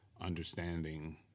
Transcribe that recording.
understanding